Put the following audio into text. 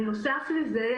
בנוסף לזה,